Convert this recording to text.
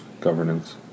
governance